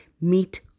meet